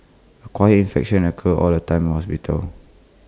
acquired infections occur all the time in hospitals